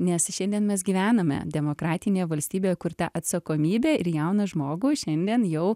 nes šiandien mes gyvename demokratinėje valstybėje kur ta atsakomybė ir jauną žmogų šiandien jau